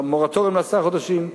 במורטוריום לעשרה חודשים,